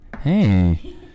Hey